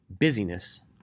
Busyness